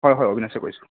হয় হয় অবিনাশে কৈছোঁ